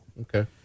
Okay